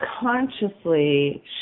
consciously